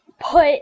put